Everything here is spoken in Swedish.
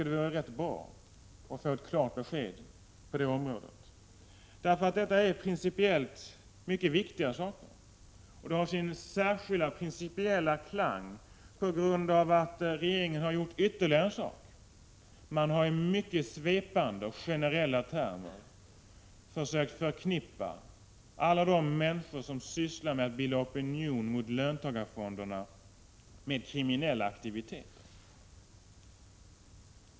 Det vore bra att få ett klart besked på den punkten. Detta är principiellt mycket viktiga saker och har sin särskilda, principiella klang, på grund av att regeringen har gjort ytterligare en sak. Man har i mycket svepande och generella termer försökt förknippa alla de människor som sysslar med att bilda opinion mot löntagarfonderna med kriminella aktiviteter.